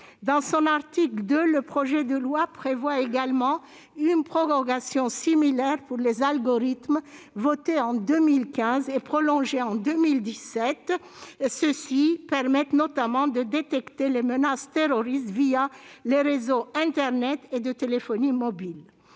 Dans son article 2, le projet de loi prévoit une prorogation similaire de l'expérimentation des algorithmes votée en 2015 et prolongée en 2017. Ceux-ci permettent notamment de détecter les menaces terroristes les réseaux internet et de téléphonie mobile.